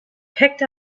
picked